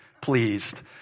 pleased